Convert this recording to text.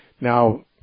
Now